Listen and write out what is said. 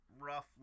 rough